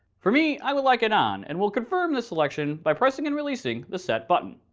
for me, i would like it on and will confirm this selection by pressing and releasing the set button.